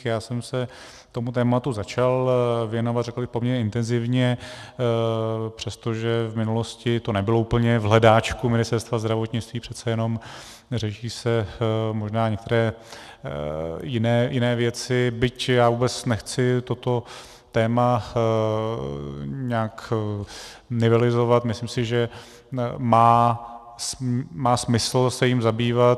Já jsem se tomu tématu začal věnovat řekl bych poměrně intenzivně, přestože v minulosti to nebylo úplně v hledáčku Ministerstva zdravotnictví, přece jenom řeší se možná některé jiné věci, byť já vůbec nechci toto téma nějak nivelizovat, myslím si, že má smysl se jím zabývat.